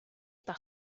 par